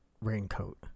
raincoat